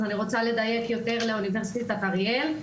אז אני רוצה לדייק יותר לאוניברסיטת אריאל.